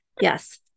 Yes